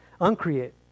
uncreate